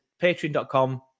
patreon.com